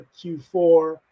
Q4